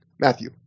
Matthew